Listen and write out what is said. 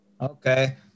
Okay